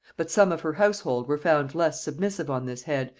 but some of her household were found less submissive on this head,